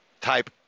type